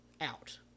out